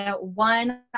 one